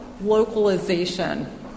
localization